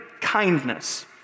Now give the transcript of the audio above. kindness